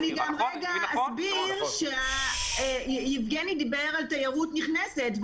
אסביר שיבגני דיבר על תיירות נכנסת,